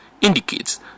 indicates